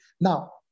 Now